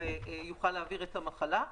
ויוכל להעביר את המחלה.